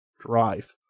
drive